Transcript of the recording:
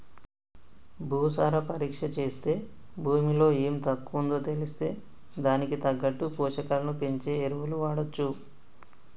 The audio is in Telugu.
భూసార పరీక్ష చేస్తే భూమిలో ఎం తక్కువుందో తెలిస్తే దానికి తగ్గట్టు పోషకాలను పెంచే ఎరువులు వాడొచ్చు